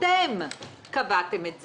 אתם קבעתם את זה.